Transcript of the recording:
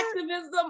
Activism